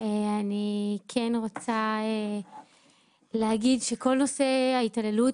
אני כן רוצה להגיד שכל נושא ההתעללות